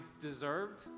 deserved